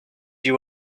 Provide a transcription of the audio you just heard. you